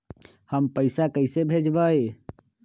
हम पैसा कईसे भेजबई?